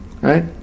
right